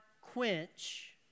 quench